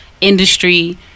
industry